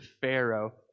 Pharaoh